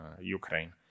Ukraine